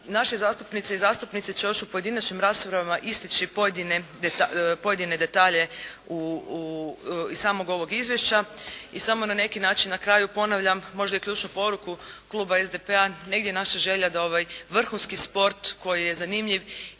Naši zastupnici i zastupnice će još u pojedinačnim raspravama istači pojedine detalja iz samog ovoga Izvješća. I samo na neki način na kraju ponavljam, možda i ključnu poruku Klub SDP-a, negdje je naša želja da ovaj vrhunski sport koji je zanimljiv